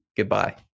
Goodbye